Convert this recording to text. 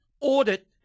audit